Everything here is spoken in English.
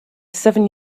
seven